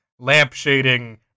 lampshading